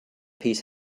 peace